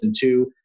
two